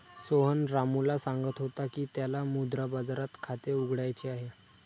सोहन रामूला सांगत होता की त्याला मुद्रा बाजारात खाते उघडायचे आहे